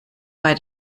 bei